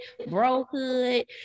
brohood